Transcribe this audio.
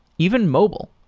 even mobile.